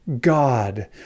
god